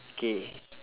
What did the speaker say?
K